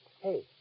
Hey